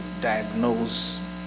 diagnose